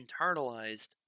internalized